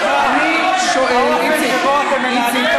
אני מודיע שהוא לא שקרן, טוב?